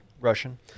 Russian